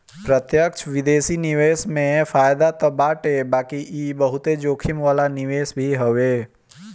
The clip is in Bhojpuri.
प्रत्यक्ष विदेशी निवेश में फायदा तअ बाटे बाकी इ बहुते जोखिम वाला निवेश भी हवे